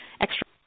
extra